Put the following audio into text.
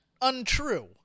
untrue